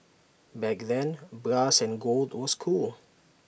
back then brass and gold was cool